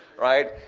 right?